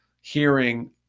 hearing